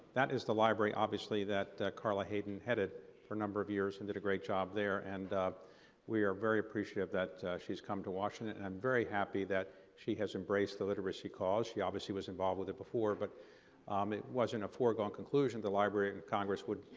that is the library obviously that carla hayden headed for number of years and did a great job there. and we are very appreciative that she has come to washington. and i'm very happy that she has embraced the literacy cause. she obviously was involved with it before. but um it wasn't a foregoing conclusion. the library of congress would,